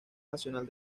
nacional